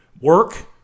work